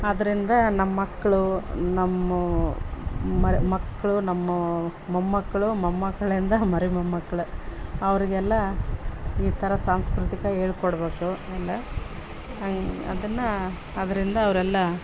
ಆದ್ರಿಂದ ನಮ್ಮ ಮಕ್ಳು ನಮ್ಮ ಮಕ್ಳು ನಮ್ಮ ಮೊಮ್ಮಕ್ಕಳು ಮೊಮ್ಮಕ್ಳು ಇಂದ ಮರಿ ಮೊಮ್ಮಕ್ಳು ಅವರಿಗೆಲ್ಲ ಈ ಥರ ಸಾಂಸ್ಕೃತಿಕ ಹೇಳ್ಕೊಡ್ಬೇಕು ಹಂಗೆ ಅದನ್ನು ಅದರಿಂದ ಅವರೆಲ್ಲಾ